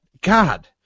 God